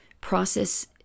process